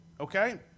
Okay